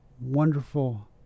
wonderful